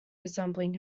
resembling